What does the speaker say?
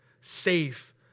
safe